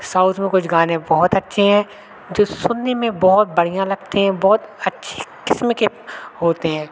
south में कुछ गाने बहुत अच्छे हैं जो सुनने में बहुत बढ़िया लगते हैं बहुत अच्छी क़िस्म के होते हैं